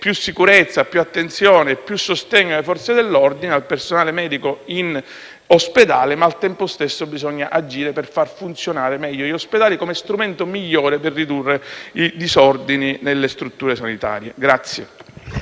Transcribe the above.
più sicurezza, più attenzione, più sostegno alle Forze dell'ordine e al personale medico in ospedale, ma al tempo stesso bisogna agire per far funzionare meglio gli ospedali, come strumento migliore per ridurre i disordini nelle strutture sanitarie.